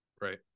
Right